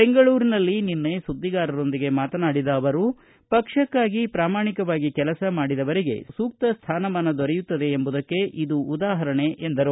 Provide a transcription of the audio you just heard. ಬೆಂಗಳೂರಿನಲ್ಲಿ ನಿನ್ನೆ ಸುದ್ದಿಗಾರರೊಂದಿಗೆ ಮಾತನಾಡಿದ ಅವರು ಪಕ್ಷಕ್ಕಾಗಿ ಪ್ರಾಮಾಣಿಕವಾಗಿ ಕೆಲಸ ಮಾಡಿದವರಿಗೆ ಸೂಕ್ತ ಸ್ಥಾನಮಾನ ದೊರೆಯುತ್ತದೆ ಎಂಬುದಕ್ಕೆ ಇದು ಉದಾಪರಣೆ ಎಂದರು